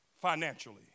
financially